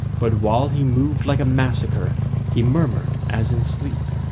but while he moved like a massacre he murmured as in sleep,